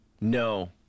No